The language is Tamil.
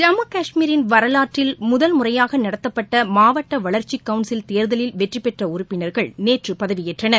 ஜம்மு கஷ்மீரின் வரலாற்றில் முதல் முறையாக நடத்தப்பட்ட மாவட்ட வளர்ச்சிக் கவுள்சில் தேர்தலில் வெற்றிபெற்ற உறுப்பினர்கள் நேற்று பதவியேற்றனர்